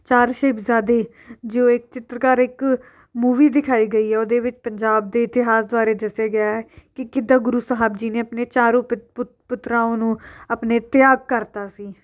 ਚਾਰ ਸਾਹਿਬਜ਼ਾਦੇ ਜੋ ਇੱਕ ਚਿੱਤਰਕਾਰ ਇੱਕ ਮੂਵੀ ਦਿਖਾਈ ਗਈ ਹੈ ਉਹਦੇ ਵਿੱਚ ਪੰਜਾਬ ਦੇ ਇਤਿਹਾਸ ਬਾਰੇ ਦੱਸਿਆ ਗਿਆ ਹੈ ਕਿ ਕਿੱਦਾਂ ਗੁਰੂ ਸਾਹਿਬ ਜੀ ਨੇ ਆਪਣੇ ਚਾਰੋਂ ਪੁੱਤਰਾਂ ਨੂੰ ਆਪਣੇ ਤਿਆਗ ਕਰਤਾ ਸੀ